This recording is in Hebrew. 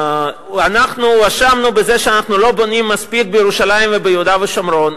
אנחנו הואשמנו בזה שאנחנו לא בונים מספיק בירושלים וביהודה ושומרון.